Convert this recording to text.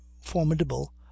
formidable